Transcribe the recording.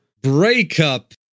Breakup